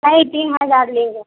نہیں تین ہزار لیں گے